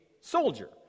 soldier